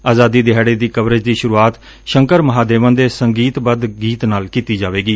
ਆਜ਼ਾਦੀ ਦਿਹਾੜੇ ਦੀ ਕਵਰੇਜ ਦੀ ਸੁਰੁਆਤ ਸ਼ੰਕਰ ਮਹਾਦੇਵਨ ਦੇ ਸੰਗੀਤ ਬੱਧ ਗੀਤ ਨਾਲ ਕੀਤੀ ਜਾਵੇਗੀ